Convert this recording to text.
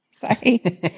Sorry